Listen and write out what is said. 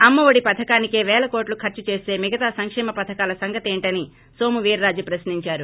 అమ్మ ఒడి పథకానికే పేల కోట్లు ఖర్సు చేస్త మిగతా సంకేమ పథకాల సంగతేంటని నోము వీర్రాజు ప్రశ్నించారు